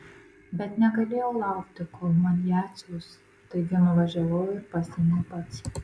bet negalėjau laukti kol man ją atsiųs taigi nuvažiavau ir pasiėmiau pats